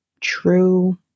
true